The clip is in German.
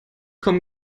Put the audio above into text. kommen